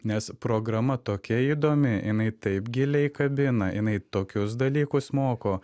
nes programa tokia įdomi jinai taip giliai kabina jinai tokius dalykus moko